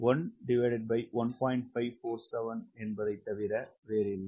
1547 ஐத் தவிர வேறில்லை